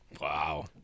Wow